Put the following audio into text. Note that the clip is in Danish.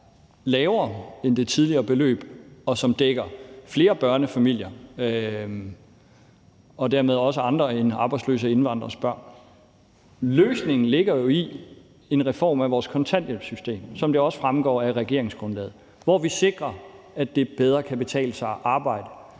lavere end det tidligere beløb, og som dækker flere børnefamilier og dermed også andre end arbejdsløse indvandreres børn. Løsningen ligger jo i en reform af vores kontanthjælpssystem, som det også fremgår af regeringsgrundlaget, hvor vi sikrer, at det bedre kan betale sig at arbejde,